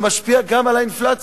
שמשפיע גם על האינפלציה.